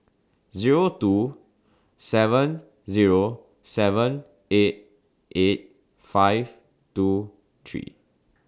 Zero two seven Zero seven eight eight five two three